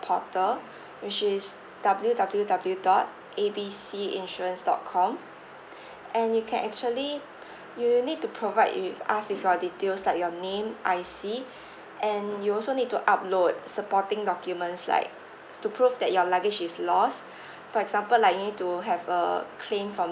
portal which is W W W dot A B C insurance dot com and you can actually you need to provide with us with your details like your name I_C and you also need to upload supporting documents like to prove that your luggage is lost for example like you need to have a claim from